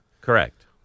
Correct